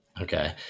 Okay